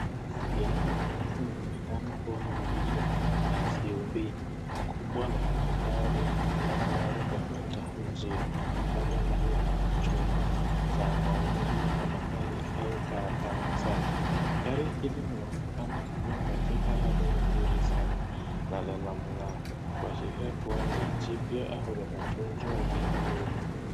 Gari nyeusi inaonekana kuwa ni SUV ,kubwa la kifahari iliyosimama mahali penye taa mzuri labda ndani ya chumba cha maingi ama mahali karatanasafi, gari hilo linaonekana kuwa katika hali nzuri sana na lina mng'ao kwa vile kuwa ni jipya au linatunzwa vizuri.